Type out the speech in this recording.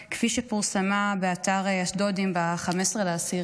כפי שפורסמה באתר "אשדודי" ב-15 באוקטובר,